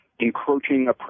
Encroaching